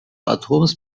atoms